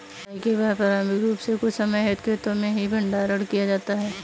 कटाई के बाद पारंपरिक रूप से कुछ समय हेतु खेतो में ही भंडारण किया जाता था